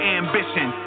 ambition